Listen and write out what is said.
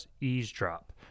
eavesdrop